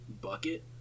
bucket